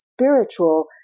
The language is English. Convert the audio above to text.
spiritual